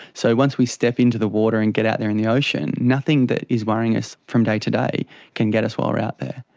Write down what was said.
so once we step into the water and get out there in the ocean, nothing that is worrying us from day-to-day can get us while we are out there.